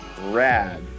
rad